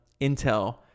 Intel